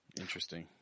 Interesting